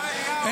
קטיף,